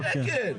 שקל.